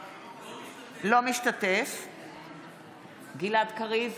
אינו משתתף בהצבעה גלעד קריב,